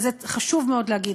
וזה חשוב להגיד,